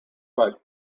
but